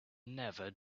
never